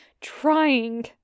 trying